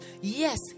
Yes